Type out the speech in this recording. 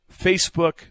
Facebook